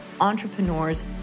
entrepreneurs